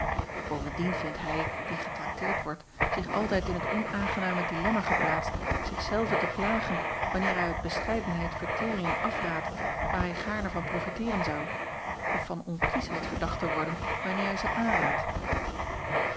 ovendien vindt hij die getrakteerd wordt zich altijd in het onaangename dilemna geplaatst zich zelven te plagen wanneer hij uit bescheidenheid verteringen afraadt waar hij gaarne van profiteeren zou of van onkiesheid verdacht te worden wanneer hij ze aanraadt